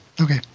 Okay